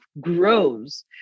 grows